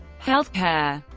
health care